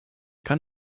kann